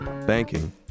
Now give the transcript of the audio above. Banking